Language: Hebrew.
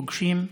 פוגשים,